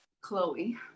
Chloe